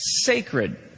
sacred